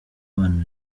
abana